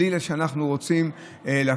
בלי לעכב אותם,